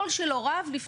כמה מילים על הוועדה עצמה.